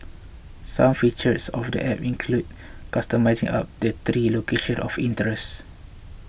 some features of the App include customising up to three locations of interest